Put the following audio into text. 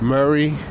Murray